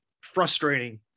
frustrating